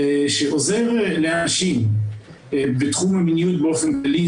שעוזר לאנשים בתחום המיניות באופן כללי,